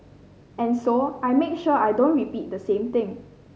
and so I make sure I don't repeat the same thing